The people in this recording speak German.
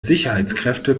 sicherheitskräfte